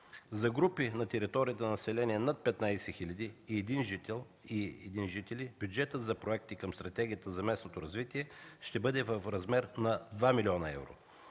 За групи на територия с население над 15 001 жители, бюджетът за проекти към Стратегията за местното развитие ще бъде в размер на 2 млн. евро.